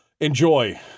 Enjoy